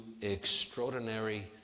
extraordinary